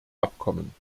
abkommen